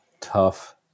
tough